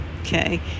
okay